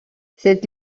cette